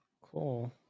cool